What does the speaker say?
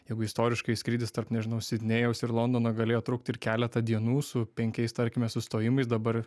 jeigu istoriškai skrydis tarp nežinau sidnėjaus ir londono galėjo trukti ir keletą dienų su penkiais tarkime sustojimais dabar